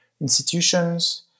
institutions